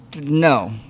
No